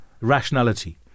rationality